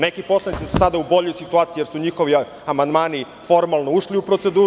Neki poslanici su sada u boljoj situaciji jer su njihovi amandmani formalno ušli u proceduru.